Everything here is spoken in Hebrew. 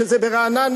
שזה ברעננה.